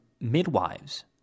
midwives